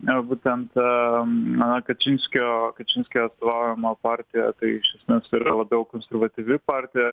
negu ten ta na kačinskio kačinskio vadovaujama partija ji iš esmės yra labiau konservatyvi partija